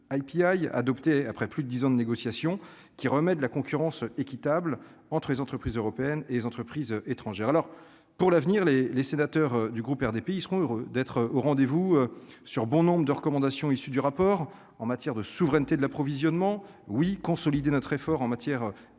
adopté après plus de 10 ans de négociations qui remet de la concurrence équitable entre les entreprises européennes et les entreprises étrangères alors pour l'avenir les les sénateurs du groupe RDPI, seront heureux d'être au rendez-vous sur bon nombre de recommandations issues du rapport en matière de souveraineté de l'approvisionnement oui consolider notre effort en matière